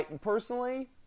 Personally